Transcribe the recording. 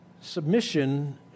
Submission